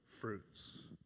fruits